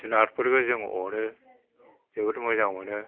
जुनातफोरखौ जों अनो जोबोर मोजां मोनो